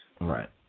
Right